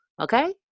Okay